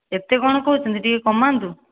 ଏତେ କ'ଣ କହୁଛନ୍ତି ଟିକିଏ କମାନ୍ତୁ